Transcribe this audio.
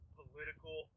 political